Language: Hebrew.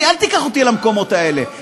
אני, אל תיקח אותי למקומות האלה.